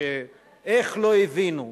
איך לא הבינו?